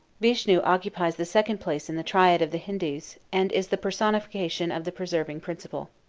vishnu occupies the second place in the triad of the hindus, and is the personification of the preserving principle.